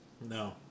No